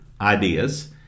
ideas